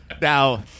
Now